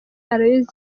aloys